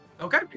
Okay